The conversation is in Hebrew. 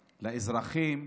לאזרחים.